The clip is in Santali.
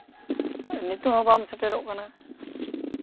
ᱱᱤᱛᱚᱜ ᱦᱚᱸ ᱵᱟᱢ ᱥᱮᱴᱮᱨᱚᱜ ᱠᱟᱱᱟ